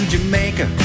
Jamaica